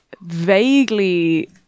vaguely